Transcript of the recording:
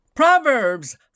Proverbs